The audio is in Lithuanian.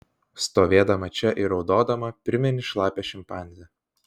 stovėdama čia ir raudodama primeni šlapią šimpanzę